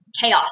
chaos